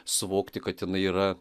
suvokti kad jinai yra